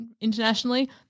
internationally